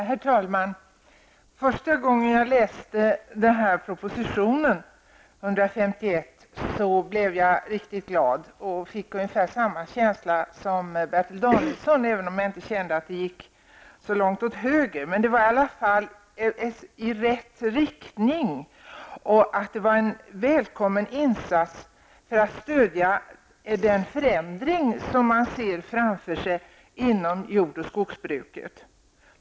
Herr talman! Första gången jag läste propositionen 151 blev jag riktigt glad och fick ungefär samma känsla som Bertil Danielsson. Även om jag inte kände att det gick så långt åt höger, så gick det i alla fall i rätt riktning. Det var en välkommen insats för att stödja den förändring som man ser framför sig inom jord och skogsbruket.